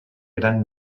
gran